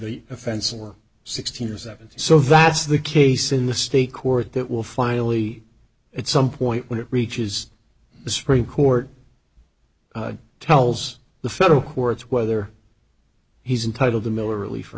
the offense or sixteen or seventeen so that's the case in the state court that will finally at some point when it reaches the supreme court tells the federal courts whether he's entitled to miller relief or